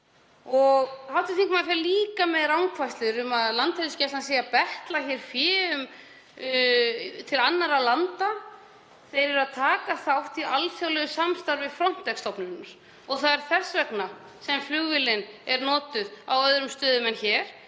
Hv. þingmaður fer líka með rangfærslur um að Landhelgisgæslan sé að betla fé til annarra landa. Þeir eru að taka þátt í alþjóðlegu samstarfi, Frontex-stofnunarinnar. Og það er þess vegna sem flugvélin er notuð á öðrum stöðum en hér,